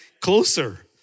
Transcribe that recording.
closer